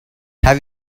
have